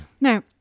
Now